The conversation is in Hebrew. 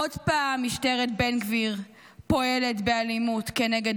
עוד פעם משטרת בן גביר פועלת באלימות כנגד